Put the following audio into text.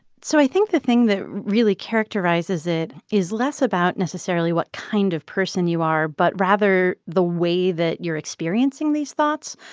so i think the thing that really characterizes it is less about necessarily what kind of person you are but rather the way that you're experiencing these thoughts.